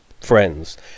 friends